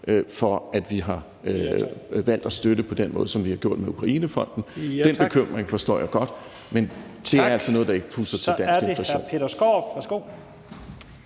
for, at vi har valgt at støtte på den måde, som vi har gjort med Ukrainefonden. Den bekymring forstår jeg godt, men det er altså noget, der ikke puster til den danske inflation.